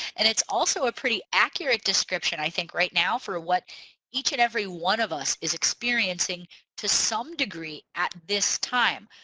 and it's also a pretty accurate description i think right now for what each and every one of us is experiencing to some degree at this time.